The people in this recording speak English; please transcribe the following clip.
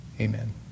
Amen